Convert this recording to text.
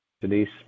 Denise